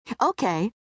Okay